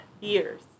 years